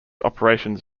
operations